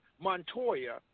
Montoya